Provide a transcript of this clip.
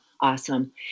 Awesome